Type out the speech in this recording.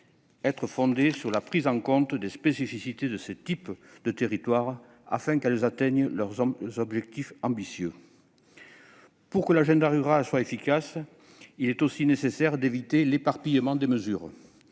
être fondées sur la prise en compte des spécificités de ces territoires, afin d'atteindre leurs objectifs ambitieux. Pour que l'agenda rural soit efficace, il est aussi nécessaire d'éviter l'éparpillement des mesures.